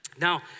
Now